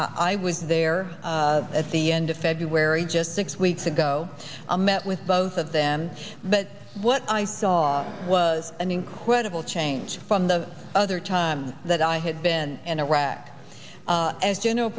i was there at the end of february just six weeks ago i met with both of them but what i saw was an incredible change from the other time that i had been in iraq as general